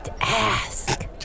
ask